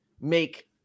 make